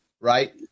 right